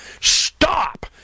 stop